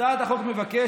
הצעת החוק מבקשת